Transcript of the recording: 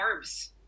carbs